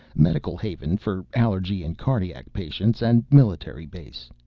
medical haven for allergy and cardiac patients, and military base.